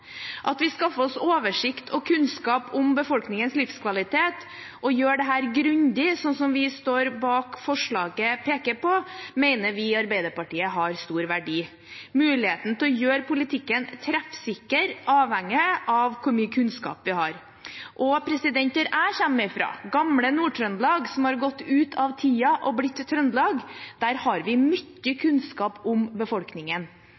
At vi skaffer oss oversikt over og kunnskap om befolkningens livskvalitet og gjør dette grundig, sånn som vi som står bak forslaget, peker på, mener vi i Arbeiderpartiet har stor verdi. Muligheten til å gjøre politikken treffsikker avhenger av hvor mye kunnskap vi har. Der jeg kommer fra, gamle Nord-Trøndelag, som har gått ut av tiden og blitt Trøndelag, har vi mye kunnskap om befolkningen.